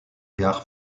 gares